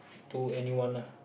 to anyone lah